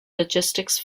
logistics